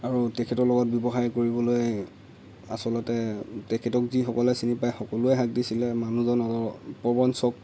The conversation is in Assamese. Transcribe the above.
আৰু তেখেতৰ লগত ব্যৱসায় কৰিবলৈ আচলতে তেখতক যিসকলে চিনি পায় সকলোৱে হাক দিছিলে মানুহজন প্ৰৱঞ্চক